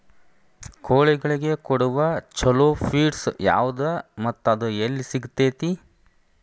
ಕೋಳಿಗಳಿಗೆ ಕೊಡುವ ಛಲೋ ಪಿಡ್ಸ್ ಯಾವದ ಮತ್ತ ಅದ ಎಲ್ಲಿ ಸಿಗತೇತಿ?